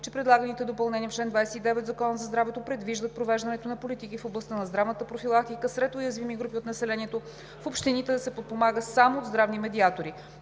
че предлаганите допълнения в чл. 29 от Закона за здравето предвиждат провеждането на политики в областта на здравната профилактика сред уязвими групи от населението в общините да се подпомага само от здравни медиатори.